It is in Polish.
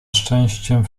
szczęściem